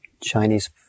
Chinese